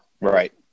Right